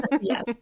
Yes